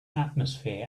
atmosphere